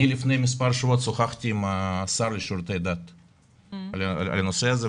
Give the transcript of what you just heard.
אני לפני מס' שבועות שוחחתי עם השר לשירותי דת על הנושא הזה,